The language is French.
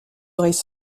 oreilles